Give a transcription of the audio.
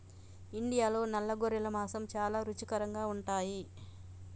ఇండియాలో నల్ల గొర్రెల మాంసం చాలా రుచికరంగా ఉంటాయి